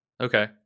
Okay